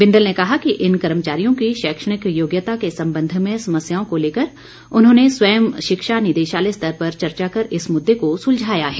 बिंदल ने कहा कि इन कर्मचारियों की शैक्षणिक योग्यता के संबंध में समस्याओं को लेकर उन्होंने स्वयं शिक्षा निदेशालय स्तर पर चर्चा कर इस मुद्दे को सुलझाया है